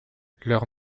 leurs